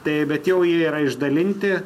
tai bet jau jie yra išdalinti